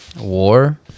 war